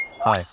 Hi